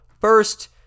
First